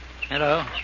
Hello